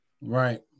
Right